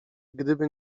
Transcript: gdyby